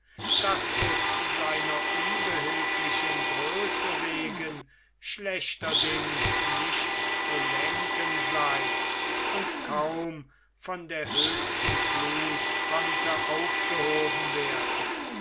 daß es seiner unbehilflichen größe wegen schlechterdings nicht zu lenken sei und kaum von der höchsten fluth konnte aufgehoben werden